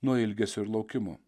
nuo ilgesio ir laukimo